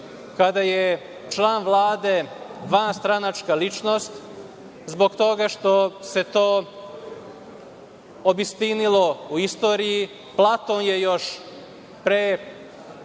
kada je član Vlade vanstranačka ličnost, zbog toga što se to obistinilo u istoriji. Platon je još pre puno